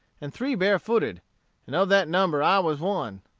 and three barefooted and of that number i was one.